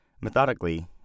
Methodically